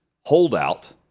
holdout